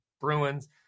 Bruins